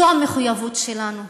זו המחויבות שלנו.